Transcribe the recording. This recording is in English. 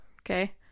Okay